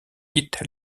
quitte